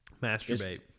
Masturbate